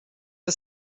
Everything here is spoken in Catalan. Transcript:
que